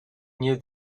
knew